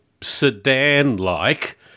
sedan-like